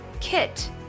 kit